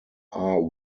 are